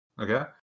Okay